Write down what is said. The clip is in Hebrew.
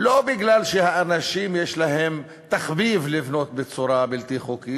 לא בגלל שהאנשים יש להם תחביב לבנות בצורה בלתי חוקית.